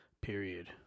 Period